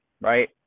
right